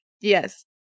Yes